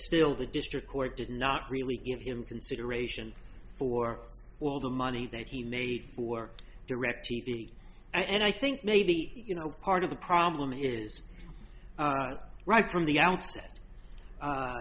still the district court did not really give him consideration for all the money that he made for direct t v and i think maybe you know part of the problem is that right from the